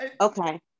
Okay